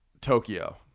tokyo